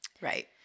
Right